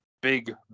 big